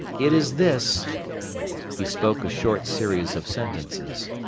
it is this he spoke a short series of sentences.